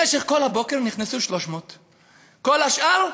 במשך כל הבוקר נכנסו 300. כל השאר,